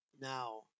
Now